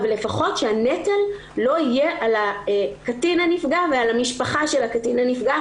אבל לפחות שהנטל לא יהיה על הקטין הנפגע ועל המשפחה של הקטין הנפגע,